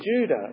Judah